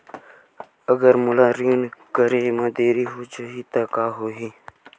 अगर मोला ऋण करे म देरी हो जाहि त का होही?